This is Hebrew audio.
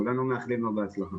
כולנו מאחלים לו בהצלחה.